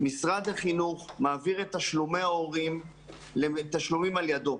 משרד החינוך מעביר את תשלומי ההורים לתשלומים על ידו.